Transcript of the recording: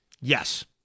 Yes